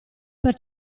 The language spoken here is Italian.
per